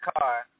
car